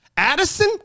Addison